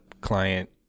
client